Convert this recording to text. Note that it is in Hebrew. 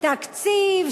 תקציב,